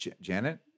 Janet